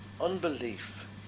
Unbelief